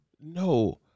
No